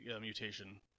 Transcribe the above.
mutation